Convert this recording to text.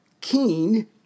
keen